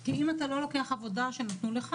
כי אם אתה לא לוקח עבודה שנתנו לך